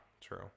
true